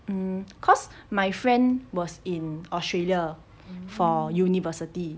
hmm cause my friend was in australia for university